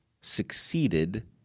succeeded